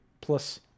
plus